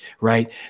right